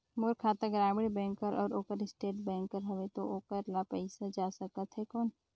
मोर खाता ग्रामीण बैंक कर अउ ओकर स्टेट बैंक कर हावेय तो ओकर ला पइसा जा सकत हे कौन?